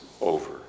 over